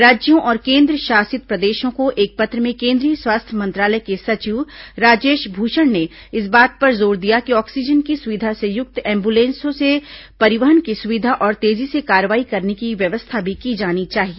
राज्यों और केन्द्रशासित प्रदेशों को एक पत्र में केन्द्रीय स्वास्थ्य मंत्रालय के सचिव राजेश भूषण ने इस बात पर जोर दिया कि ऑक्सीजन की सुविधा से युक्त एम्बुलेंसों से परिवहन की सुविधा और तेजी से कार्रवाई करने की व्यवस्था भी की जानी चाहिए